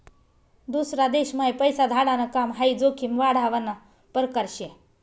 दूसरा देशम्हाई पैसा धाडाण काम हाई जोखीम वाढावना परकार शे